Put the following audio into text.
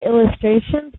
illustrations